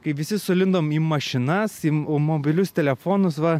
kai visi sulindom į mašinas į mobilius telefonus va